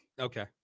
Okay